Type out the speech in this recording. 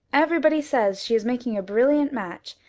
everybody says she is making a brilliant match,